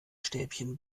stäbchen